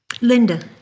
linda